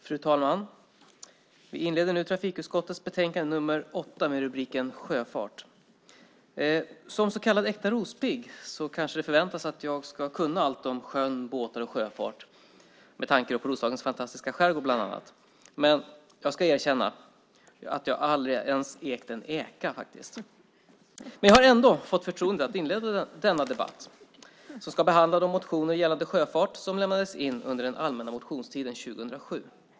Fru talman! Vi inleder nu debatten om trafikutskottets betänkande nr 8 med rubriken Sjöfart. Som så kallad äkta rospigg så kanske det förväntas att jag ska kunna allt om sjön, båtar och sjöfart, med tanke på bland annat Roslagens fantastiska skärgård. Men jag ska erkänna att jag har aldrig ens ägt en eka. Jag har ändå fått förtroendet att inleda denna debatt som ska behandla de motioner gällande sjöfart som lämnades in under den allmänna motionstiden 2007.